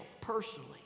personally